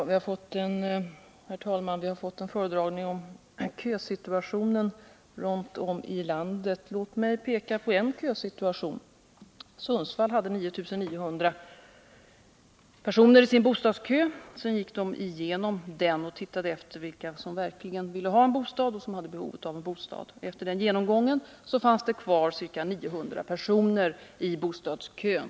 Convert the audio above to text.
Herr talman! Vi har fått en föredragning om kösituationen runt om i landet. Låt mig peka på en kösituation. Sundsvall hade 9 900 personer i sin bostadskö. Sedan gick man igenom den och undersökte vilka som verkligen ville ha och hade behov av bostad. Efter den genomgången fanns det kvar ca 900 personer i bostadskön.